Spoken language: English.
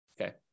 okay